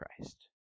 Christ